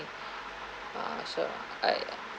uh so I